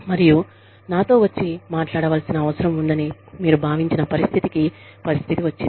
మరియు నాతో వచ్చి మాట్లాడవలసిన అవసరం ఉందని మీరు భావించిన పరిస్థితికి పరిస్థితి వచ్చింది